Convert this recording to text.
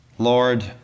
Lord